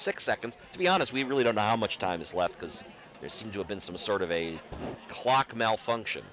six seconds to be honest we really don't know how much time is left because there seemed to have been some sort of a clock malfunction